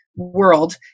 world